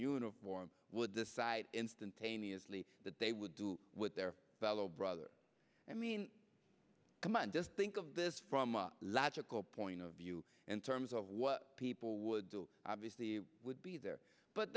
uniform would decide instantaneously that they would do with their fellow brother i mean c'mon just think of this from a logical point of view in terms of what people would do obviously would be there but